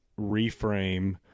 reframe